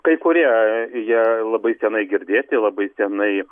kai kurie jie labai senai girdėti labai senai